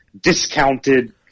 discounted